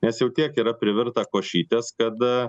nes jau tiek yra privirta košytės kad